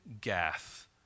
Gath